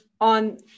on